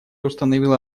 установила